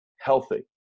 healthy